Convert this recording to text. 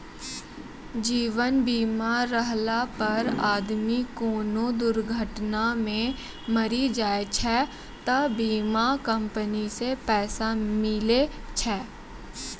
जीवन बीमा रहला पर आदमी कोनो दुर्घटना मे मरी जाय छै त बीमा कम्पनी से पैसा मिले छै